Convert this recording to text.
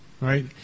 right